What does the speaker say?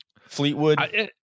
Fleetwood